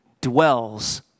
dwells